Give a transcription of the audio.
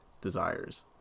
desires